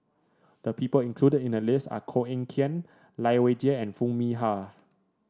the people included in the list are Koh Eng Kian Lai Weijie and Foo Mee Har